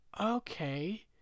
okay